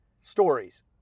stories